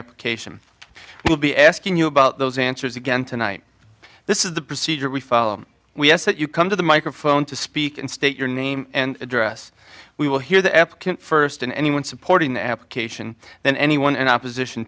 application will be asking you about those answers again tonight this is the procedure we follow we ask that you come to the microphone to speak and state your name and address we will hear the f first and anyone supporting the application then anyone and opposition